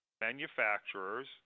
manufacturers